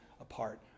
apart